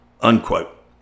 Unquote